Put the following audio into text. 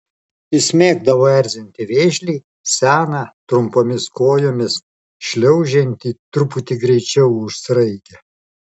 jis mėgdavo erzinti vėžlį seną trumpomis kojomis šliaužiantį truputį greičiau už sraigę